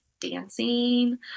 dancing